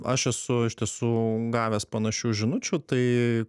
aš esu iš tiesų gavęs panašių žinučių tai